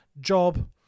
job